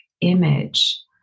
image